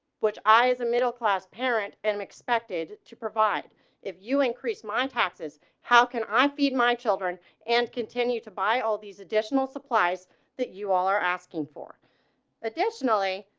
which is a middle class. parents and expected to provide if you increase my taxes. how can i feed my children and continue to buy all these additional supplies. that you all are asking for additional e.